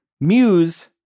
Muse